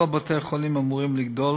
כל בתי-החולים אמורים לגדול